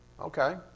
Okay